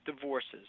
divorces